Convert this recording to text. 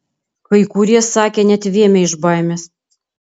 kai kurie sakė net vėmę iš baimės